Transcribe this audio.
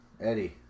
Eddie